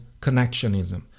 connectionism